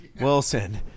Wilson